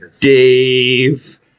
Dave